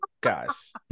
guys